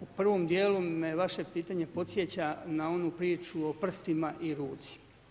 u prvom dijelu me vaše pitanje podsjeća na onu priču o prstima i ruci.